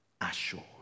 assured